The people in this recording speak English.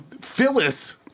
Phyllis